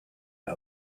out